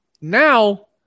now